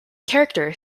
character